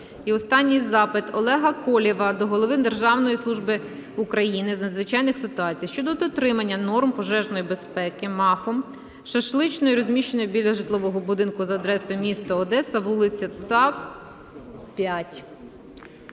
останній запит Олега Колєва до голови Державної служби України з надзвичайних ситуацій щодо дотримання норм пожежної безпеки МАФом, шашличною розміщеною біля житлового будинку за адресою: місто Одеса, вулиця ЦАП, 5.